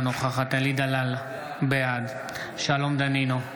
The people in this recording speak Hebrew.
אינה נוכחת אלי דלל, בעד שלום דנינו,